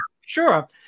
sure